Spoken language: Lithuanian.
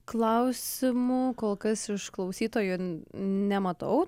klausimų kol kas iš klausytojų nematau